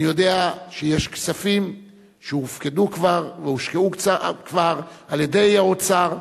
אני יודע שיש כספים שהופקדו כבר והושקעו כבר על-ידי האוצר,